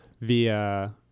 via